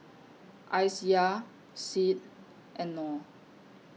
Aisyah Syed and Nor